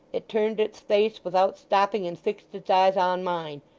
it turned its face without stopping, and fixed its eyes on mine.